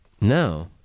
no